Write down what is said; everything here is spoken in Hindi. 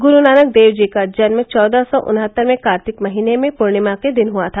गुरु नानक देव जी का जन्म चौदह सौ उनहत्तर में कार्तिक महीने में पूर्णिमा के दिन हुआ था